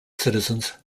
citizens